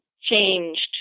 changed